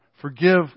Forgive